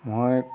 মই